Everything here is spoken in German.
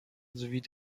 sowie